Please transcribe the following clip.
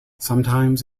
sometimes